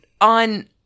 On